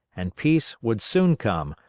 and peace would soon come,